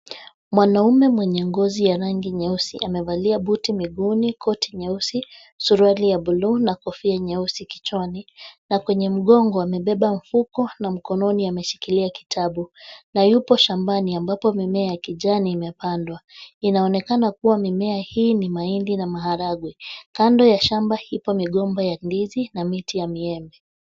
Mwanaume mwenye ngozi ya rangi nyeusi amevalia buti miguuni, koti nyeusi, suruali ya buluu na kofia nyeusi kichwani na kwenye mgongo amebeba mfuko na mkononi ameshikilia kitabu, na yupo shamabni ambapo mimea ya kijani imepandwa. Inaonekana kuwa mimea hii ni mahindi na maharagwe. Kando ya shamba ipo migomba ya ndizi na miti ya miembe.